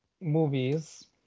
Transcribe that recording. movies